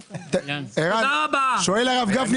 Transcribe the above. תודה רבה.